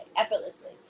effortlessly